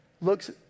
looks